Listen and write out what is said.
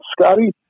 Scotty